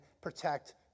protect